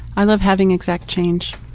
i love having exact change.